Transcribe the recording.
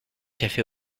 café